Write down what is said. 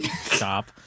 Stop